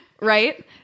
right